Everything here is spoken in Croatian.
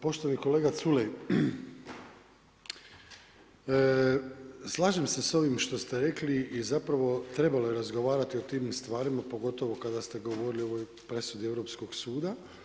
Poštovani kolega Culej, slažem se s ovim što ste rekli i zapravo trebalo je razgovarati o tim stvarima pogotovo kada ste govorili o ovoj presudi Europskog suda.